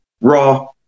Raw